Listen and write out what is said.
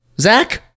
Zach